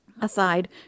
Aside